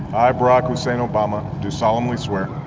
i, barack hussein obama, do solemnly swear.